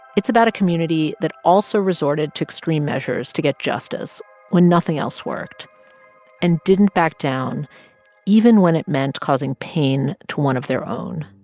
it's about a community that also resorted to extreme measures to get justice when nothing else worked and didn't back down even when it meant causing pain to one of their own.